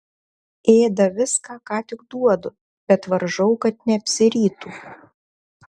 ėda viską ką tik duodu bet varžau kad neapsirytų